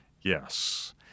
Yes